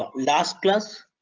um last class